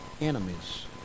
enemies